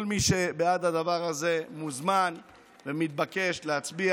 כל מי שבעד הדבר הזה מוזמן ומתבקש להצביע.